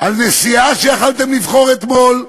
על נשיאה שיכולתם לבחור אתמול,